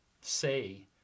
say